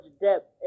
depth